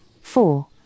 four